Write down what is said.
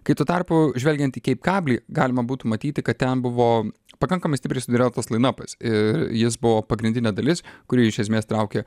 kai tuo tarpu žvelgiant į keip kablį galima būtų matyti kad ten buvo pakankamai stipriai sudėliotas lainopas ir jis buvo pagrindinė dalis kuri iš esmės traukė